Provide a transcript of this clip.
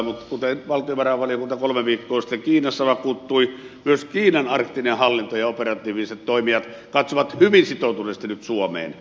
mutta kuten valtiovarainvaliokunta kolme viikkoa sitten kiinassa vakuuttui myös kiinan arktinen hallinto ja operatiiviset toimijat katsovat hyvin sitoutuneesti nyt suomeen